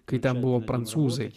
kai ten buvo prancūzai